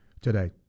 today